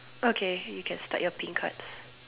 okay you can start your pink cards